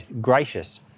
gracious